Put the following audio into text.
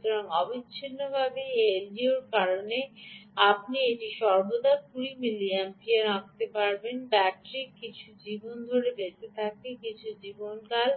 সুতরাং অবিচ্ছিন্নভাবে এই এলডিওর কারণে আপনি এটি সর্বদা 20 মিলিঅ্যাম্পিয়ার আঁকতে থাকবেন ব্যাটারি কিছু জীবন ধরে বেঁচে থাকে কিছু জীবনকাল